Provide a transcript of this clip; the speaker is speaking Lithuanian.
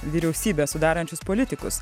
vyriausybę sudarančius politikus